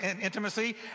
intimacy